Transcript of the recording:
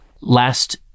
Last